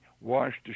washed